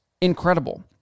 incredible